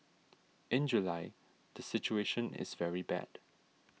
in July the situation is very bad